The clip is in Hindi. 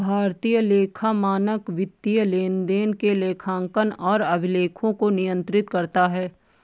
भारतीय लेखा मानक वित्तीय लेनदेन के लेखांकन और अभिलेखों को नियंत्रित करता है